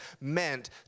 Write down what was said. meant